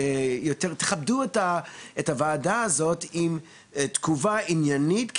תכבדו את הוועדה הזאת עם תגובה עניינית.